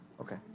Okay